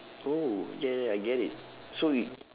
oh I get it I get it so you